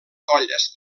colles